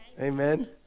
Amen